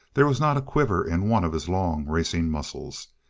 there was not a quiver in one of his long, racing muscles.